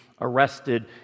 arrested